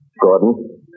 Gordon